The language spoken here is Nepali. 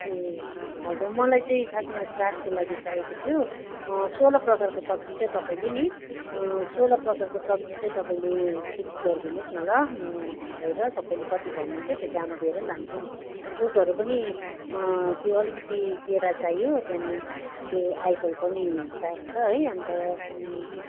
ए हजुर मलाई चैँ खासमा श्राद्धको लागि चाहिएको थियो सोह्र प्रकारको सब्जी चाहिँ तपाईँले नि सोह्र प्रकारको सब्जी चाहिँ तपाईँले ठिक गरिदिनुहोस् न ल म आएर तपाईँले कति भन्नुहुन्छ त्यो दाम दिएर लान्छु नि फ्रुटहरू पनि त्यो अलिकति केरा चाहियो त्यहाँदेखि त्यो आइफल पनि चाहिएको छ है अन्त